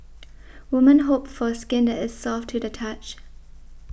women hope for skin that is soft to the touch